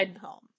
home